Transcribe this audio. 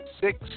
Six